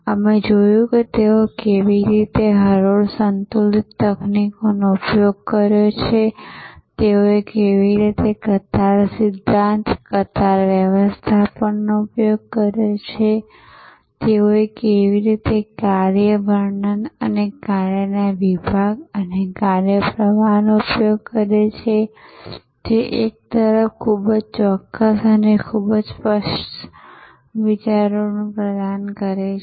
અમે જોયું કે તેઓએ કેવી રીતે હરોળ સંતુલિત તકનીકોનો ઉપયોગ કર્યો છે તેઓએ કેવી રીતે કતાર સિદ્ધાંત કતાર વ્યવસ્થાપનનો ઉપયોગ કર્યો છે તેઓએ કેવી રીતે કાર્ય વર્ણન અને કાર્યના વિભાગ અને કાર્ય પ્રવાહનો ઉપયોગ કર્યો છે જે એક તરફ ખૂબ જ ચોક્કસ અને ખૂબ જ સ્પષ્ટ વિચારો પ્રદાન કરે છે